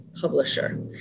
publisher